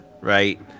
right